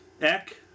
Eck